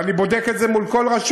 אני בודק את זה מול כל רשות.